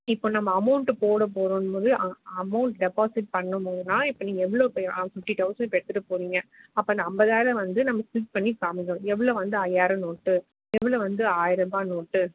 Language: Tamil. இப்போ நம்ம அமௌண்டு போடப் போறோனம் போது அ அமௌண்ட் டெபாசிட் பண்ணும்போதுனால் இப்போ நீங்கள் எவ்வளோ பே ஃபிஃப்டி தௌசண்ட் இப்போ எடுத்துவிட்டுப் போகிறீங்க அப்போ நான் ஐம்பதாயிரம் வந்து நம்ம ஃபில் பண்ணி காமிக்கணும் எவ்வளோ வந்து ஐயாயிரம் நோட்டு எவ்வளோ வந்து ஆயிர ரூபாய் நோட்டு